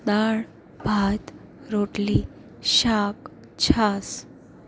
દાળ ભાત રોટલી શાક છાશ